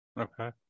Okay